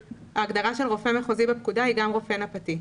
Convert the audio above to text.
ההגדרה של רופא מחוזי בפקודה היא גם רופא נפתי.